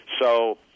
So-